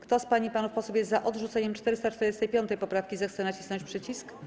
Kto z pań i panów posłów jest za odrzuceniem 445. poprawki, zechce nacisnąć przycisk.